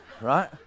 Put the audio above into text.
right